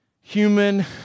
human